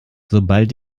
sobald